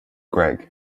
greg